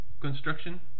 construction